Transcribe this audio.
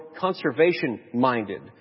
conservation-minded